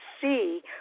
see